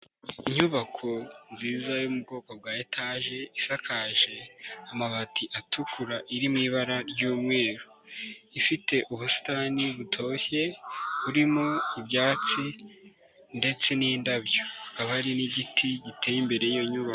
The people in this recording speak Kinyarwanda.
Inyubako nziza yo mu bwoko bwa etaje isakaje amabati atukura iri mu ibara ry'umweru ifite ubusitani butoshye burimo ibyatsi ndetse n'indabyo hakaba hari n'igiti giteye imbere y'iyo nyubako.